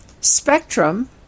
Spectrum